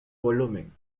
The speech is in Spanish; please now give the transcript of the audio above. volumen